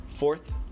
Fourth